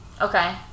okay